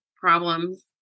problems